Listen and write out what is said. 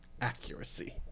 accuracy